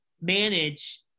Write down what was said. manage